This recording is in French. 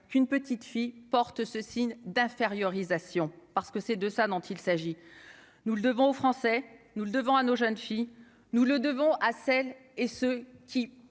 qu'une petite fille porte ce signe d'infériorisés Sion, parce que c'est de ça dont il s'agit, nous le devons aux Français, nous le devons à nos jeunes filles, nous le devons à celles et ceux qui